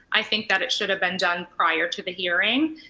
i think that it should have been done prior to the hearing.